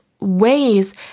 ways